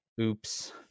Oops